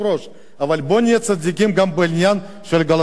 אבל בוא ונהיה צדיקים גם בעניין של האוקראינים,